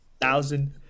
thousand